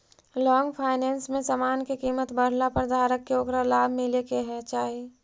long finance में समान के कीमत बढ़ला पर धारक के ओकरा लाभ मिले के चाही